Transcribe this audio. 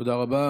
תודה רבה.